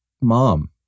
mom